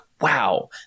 wow